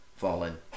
fallen